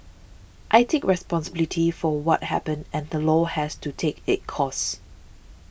I take responsibility for what happened and the law has to take its course